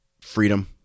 freedom